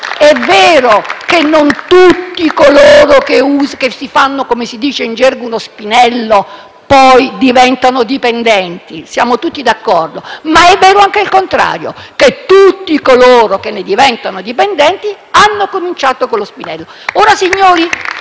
è vero che non tutti coloro che, come si dice in gergo, si fanno uno spinello poi diventano dipendenti; siamo tutti d'accordo, ma è vero anche il contrario: tutti coloro che ne diventano dipendenti hanno cominciato con lo spinello. *(Applausi